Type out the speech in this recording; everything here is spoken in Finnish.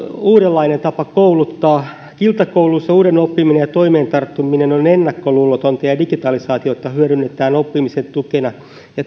uudenlainen tapa kouluttaa kiltakouluissa uuden oppiminen ja toimeen tarttuminen on ennakkoluulotonta ja ja digitalisaatiota hyödynnetään oppimisen tukena